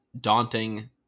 daunting